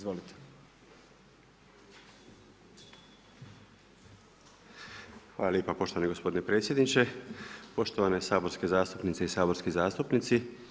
Hvala lijepa poštovani gospodine predsjedniče, poštovane saborske zastupnice i saborski zastupnici.